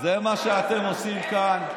זה מה שאתם עושים כאן.